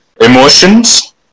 emotions